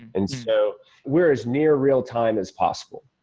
and so we're as near real time as possible.